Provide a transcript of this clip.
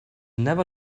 never